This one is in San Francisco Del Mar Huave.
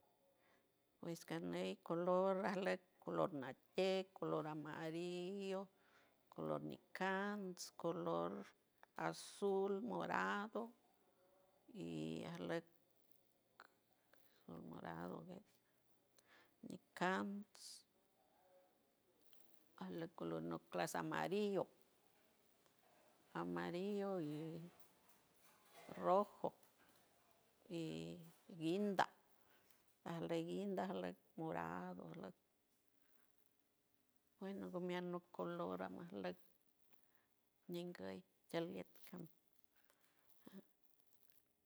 Pues caney color alac color nakey color amarillo color nikans color azul morado y alock morado que nicans alock color noclas amarillo, amarillo y rojo, y guinda, alej guinda alej morado, aloc bueno que aviendo colora mas loc ñeinguey tialek go